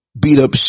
beat-up